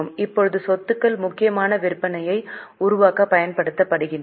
இப்போது சொத்துக்கள் முக்கியமாக விற்பனையை உருவாக்க பயன்படுத்தப்படுகின்றன